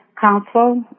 council